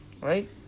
Right